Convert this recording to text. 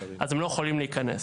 אז הם לא יכולים להיכנס.